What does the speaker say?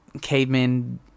cavemen